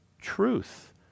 truth